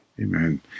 Amen